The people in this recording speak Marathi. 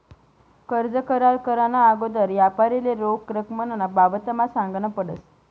कर्ज करार कराना आगोदर यापारीले रोख रकमना बाबतमा सांगनं पडस